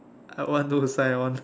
I want to sign on